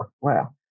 Wow